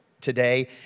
today